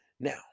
Now